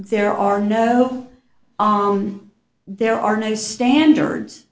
there are no on there are no standards